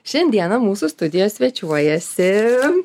šiandieną mūsų studijoje svečiuojasi